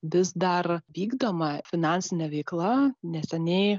vis dar vykdoma finansinė veikla neseniai